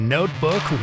Notebook